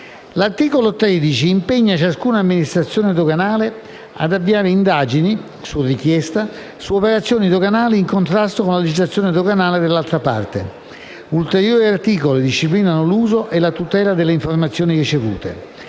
L'articolo 13 impegna ciascuna amministrazione doganale ad avviare indagini, su richiesta, su operazioni doganali in contrasto con la legislazione doganale dell'altra parte. Ulteriori articoli disciplinano l'uso e la tutela delle informazioni ricevute,